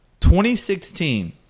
2016